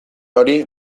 hori